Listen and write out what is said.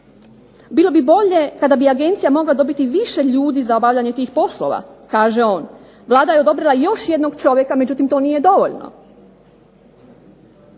Bilo bi bolje kada bi agencija mogla dobiti više ljudi za obavljanje tih poslova, kaže on. Vlada je odobrila još jednog čovjeka, međutim to nije dovoljno.